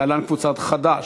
להלן: קבוצת סיעת חד"ש,